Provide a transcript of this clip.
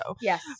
Yes